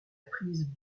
prise